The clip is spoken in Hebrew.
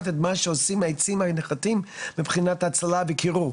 את מה שעושים העצים הנכרתים מבחינת הצללה וקירור.